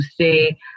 say